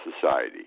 society